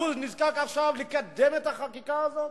אז הוא נזקק עכשיו לקדם את החקיקה הזאת?